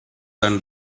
and